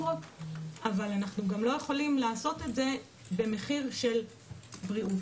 אבל אנחנו לא יכולים לעשות את זה במחיר של בריאות.